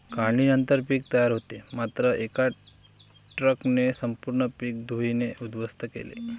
काढणीनंतर पीक तयार होते मात्र एका ट्रकने संपूर्ण पीक धुळीने उद्ध्वस्त केले